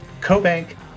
CoBank